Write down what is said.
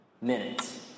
Minutes